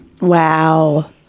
wow